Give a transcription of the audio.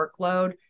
workload